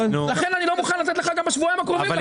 לכן אני לא מוכן לתת לך גם בשבועיים הקרובים